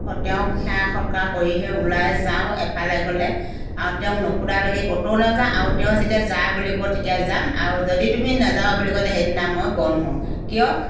তেওঁক সেৱা সৎকাৰ কৰিহে ওলাই যাওঁ এফালে গ'লে আৰু তেওঁক নোসোধালৈকে ক'তো নেযাওঁ আৰু তেওঁ যেতিয়া যা বুলি ক'ব তেতিয়া যাম আৰু যদি তুমি নেযাবা বুলি কয় তে সেইদিনা মই বন হওঁ কিয়